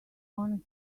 honest